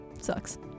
Sucks